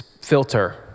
filter